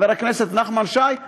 חבר הכנסת נחמן שי,